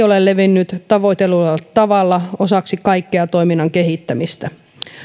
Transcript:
ole levinnyt tavoitellulla tavalla osaksi kaikkea toiminnan kehittämistä